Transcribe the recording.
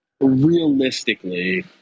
realistically